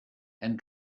and